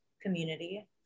community